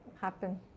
happen